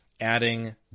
adding